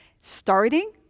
starting